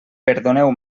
perdoneu